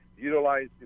Utilize